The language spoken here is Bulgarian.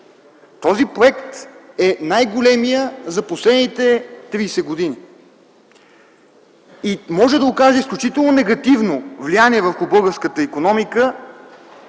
Този проект е най-големият за последните тридесет години и може да окаже изключително негативно влияние върху българската икономика,